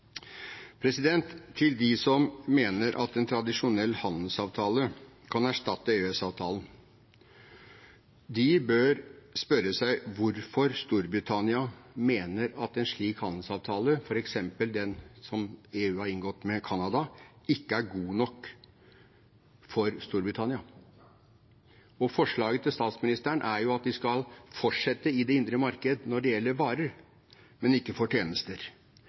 Til dem som mener at en tradisjonell handelsavtale kan erstatte EØS-avtalen: De bør spørre seg hvorfor Storbritannia mener at en slik handelsavtale, f.eks. den som EU har inngått med Canada, ikke er god nok for Storbritannia. Forslaget til statsministeren er jo at de skal fortsette i det indre marked når det gjelder varer, men ikke når det gjelder tjenester.